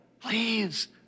please